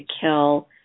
kill